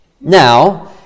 Now